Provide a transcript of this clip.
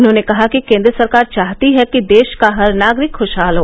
उन्होंने कहा कि केन्द्र सरकार चाहती है कि देश का हर नागरिक खशहाल हो